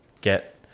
get